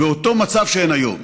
באותו מצב שהן היום,